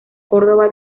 córdoba